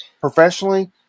professionally